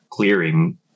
clearing